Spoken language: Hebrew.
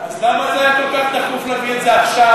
אז למה זה היה כל כך דחוף להביא את זה עכשיו,